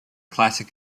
classic